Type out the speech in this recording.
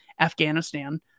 Afghanistan